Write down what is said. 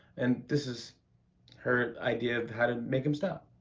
and this is her idea of how to make him stop.